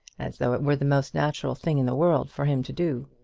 as though it were the most natural thing in the world for him to do.